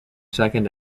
second